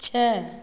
छै